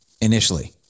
initially